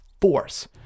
force